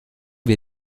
wir